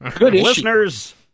Listeners